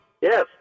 Yes